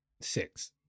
Six